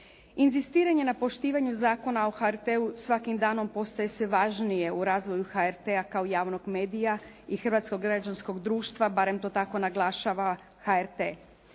Inzistiranje na poštivanju Zakona o HRT-u svakim danom postaje sve važnije u razvoju HRT-a kao javnog medija i hrvatskog građanskog društva, barem to tako naglašava HRT.